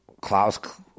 Klaus